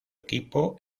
equipo